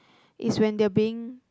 is when they're being